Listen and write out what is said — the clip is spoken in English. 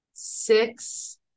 Six